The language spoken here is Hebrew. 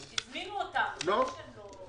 שמכיר את כל מה שמתנהל שם.